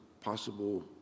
possible